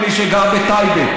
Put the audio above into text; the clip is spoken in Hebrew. אני לא חושב שאת יכולה לדבר על זה.